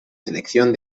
selección